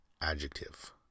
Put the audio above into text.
adjective